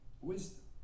Wisdom